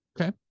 Okay